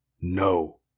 No